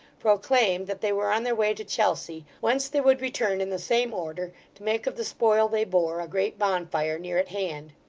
proclaimed that they were on their way to chelsea, whence they would return in the same order, to make of the spoil they bore, a great bonfire, near at hand.